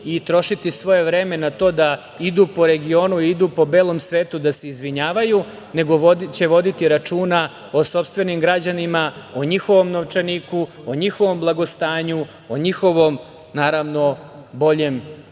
i trošiti svoje vreme na to da idu po regionu, idu po belom svetu da se izvinjavaju, nego će voditi računa o sopstvenim građanima, o njihovom novčaniku, o njihovom blagostanju, o njihovom boljem